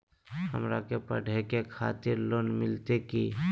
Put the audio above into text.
हमरा के पढ़े के खातिर लोन मिलते की?